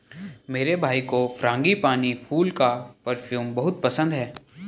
मेरे भाई को फ्रांगीपानी फूल का परफ्यूम बहुत पसंद है